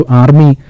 army